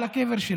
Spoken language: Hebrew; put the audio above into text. על הקבר שלו.